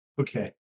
Okay